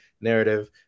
narrative